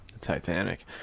Titanic